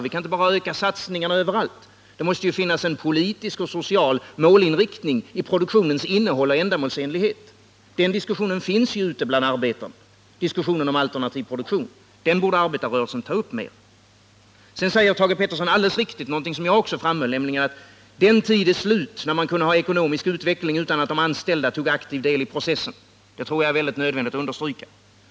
Vi kan inte bara öka satsningarna överallt. Det måste finnas en politisk och social målinriktning i produktionens innehåll och ändamålsenlighet. Diskussionen om alternativ produktion finns ute bland arbetarna, och den borde arbetarrörelsen ta upp mer. Sedan säger Thage Peterson alldeles riktigt, som jag också framhöll, att den tid är slut när man kunde ha ekonomisk utveckling utan att de anställda tog aktiv del i processen. Det tror jag är mycket nödvändigt att understryka.